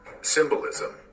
Symbolism